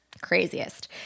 craziest